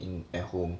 in at home